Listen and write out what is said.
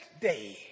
day